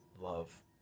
love